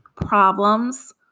problems